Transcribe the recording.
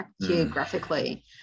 geographically